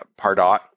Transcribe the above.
Pardot